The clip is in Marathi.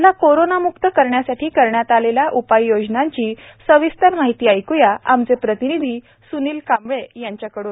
जिल्हा कोरोना म्क्त करण्यासाठी करण्यात आलेल्या उपाययोजनाची सविस्तर माहिती ऐक्या आमचे प्रतींनिधी स्नील कांबळे यांच्या कडून